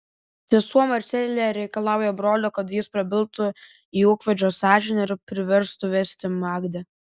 sesuo marcelė reikalauja brolio kad jis prabiltų į ūkvedžio sąžinę ir priverstų vesti magdę